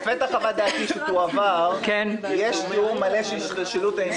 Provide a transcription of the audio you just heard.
בפתח חוות דעתי שתועבר יש תיאור מלא של השתלשלות העניינים.